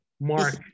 mark